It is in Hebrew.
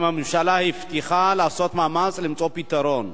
גם הממשלה הבטיחה לעשות מאמץ למצוא פתרון.